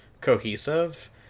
cohesive